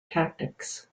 tactics